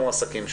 מועסקים שם.